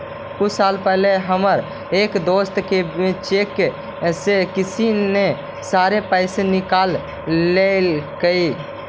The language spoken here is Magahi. कुछ साल पहले हमर एक दोस्त के चेक से किसी ने सारे पैसे निकाल लेलकइ